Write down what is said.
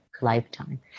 lifetime